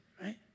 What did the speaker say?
right